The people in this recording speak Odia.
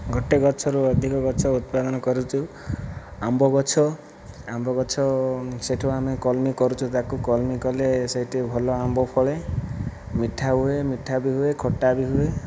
ଗୋଟିଏ ଗଛରୁ ଅଧିକ ଗଛ ଉତ୍ପାଦନ କରୁଛୁ ଆମ୍ବ ଗଛ ଆମ୍ବ ଗଛ ସେଠାରୁ ଆମେ କଲମି କରୁଚୁ ତାକୁ କଲମି କଲେ ସେ'ଠି ଭଲ ଆମ୍ବ ଫଳେ ମିଠା ହୁଏ ମିଠା ବି ହୁଏ ଖଟା ବି ହୁଏ